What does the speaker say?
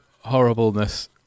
horribleness